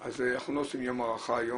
לא עושים יום הערכה היום,